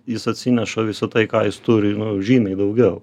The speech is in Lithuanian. jis atsineša visa tai ką jis turi žymiai daugiau